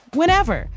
whenever